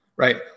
right